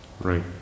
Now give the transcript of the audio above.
Right